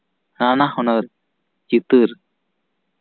ᱱᱟᱱᱟᱦᱩᱱᱟᱹᱨ ᱪᱤᱛᱟᱹᱨ